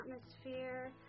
atmosphere